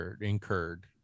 incurred